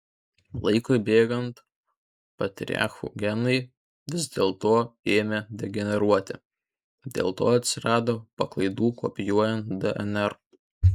laikui bėgant patriarchų genai vis dėlto ėmė degeneruoti dėl to atsirado paklaidų kopijuojant dnr